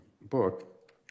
book